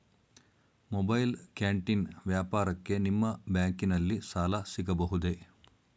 Mobile canteen ವ್ಯಾಪಾರಕ್ಕೆ ನಿಮ್ಮ ಬ್ಯಾಂಕಿನಲ್ಲಿ ಸಾಲ ಸಿಗಬಹುದೇ?